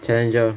Challenger